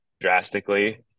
drastically